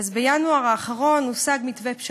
בינואר האחרון הושג מתווה פשרה.